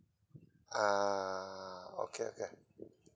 ah okay okay